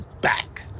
back